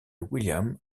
william